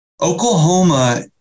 Oklahoma